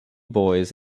boys